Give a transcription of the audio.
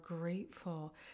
grateful